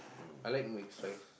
I like mixed rice